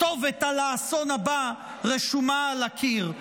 הכתובת לאסון הבא רשומה על הקיר.